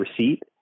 receipt